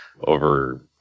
over